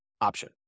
option